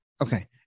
Okay